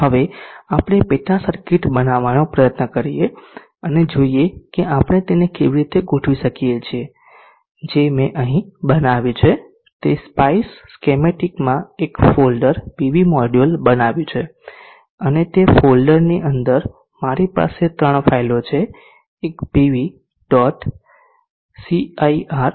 હવે આપણે પેટા સર્કિટ બનાવવાનો પ્રયત્ન કરીએ અને જોઈએ કે આપણે તેને કેવી રીતે ગોઠવી શકીએ છીએ જે મેં અહીં બનાવ્યું છે તે SPICE સ્કેમેટિકમાં એક ફોલ્ડર પીવી મોડ્યુલ બનાવ્યું છે અને તે ફોલ્ડરની અંદર મારી પાસે ત્રણ ફાઇલો છે એક PV